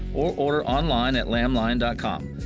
or order on-line at lamblion and com.